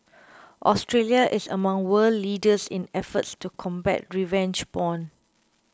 Australia is among world leaders in efforts to combat revenge porn